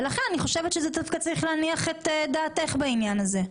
ולכן אני חושבת שזה צריך להניח את דעתך בעניין הזה.